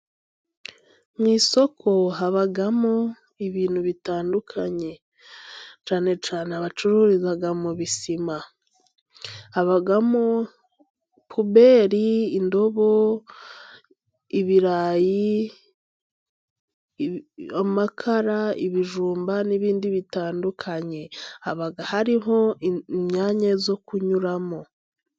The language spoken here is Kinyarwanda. Mu isoko habamo ibintu bitandukanye. Cyane cyane abacururiza mu bisima. Habamo puberi, indobo, ibirayi, amakara, ibijumba n'ibindi bitandukanye. Haba hariho imyanya yo kunyuramo.